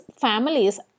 families